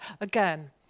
again